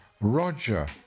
Roger